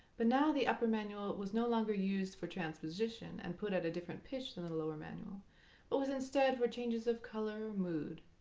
but now the upper manual was no longer used for transposition and put at a different pitch than the lower manual, but was, instead, for changes of color or mood.